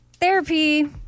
Therapy